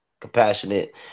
compassionate